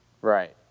Right